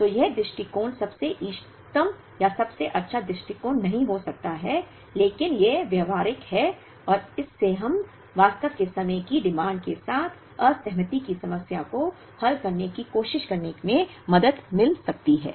तो यह दृष्टिकोण सबसे इष्टतम या सबसे अच्छा दृष्टिकोण नहीं हो सकता है लेकिन यह व्यावहारिक है और इससे हमें वास्तव में समय की मांग के साथ असहमति की समस्या को हल करने की कोशिश करने में मदद मिल सकती है